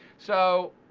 so,